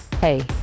Hey